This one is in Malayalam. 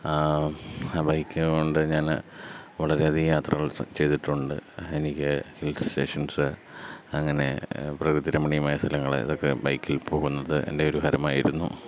ആ ബൈക്ക് കൊണ്ട് ഞാൻ വളരെയധികം യാത്രകൾ ചെയ്തിട്ടുണ്ട് എനിക്ക് ഹിൽ സ്റ്റേഷൻസ് അങ്ങനെ പ്രകൃതിരമണീമായ സ്ഥലങ്ങൾ ഇതൊക്കെ ബൈക്കിൽ പോകുന്നത് എൻ്റെ ഒരു ഹരമായിരുന്നു